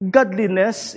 Godliness